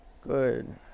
Good